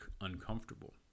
uncomfortable